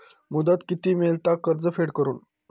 मुदत किती मेळता कर्ज फेड करून?